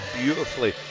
beautifully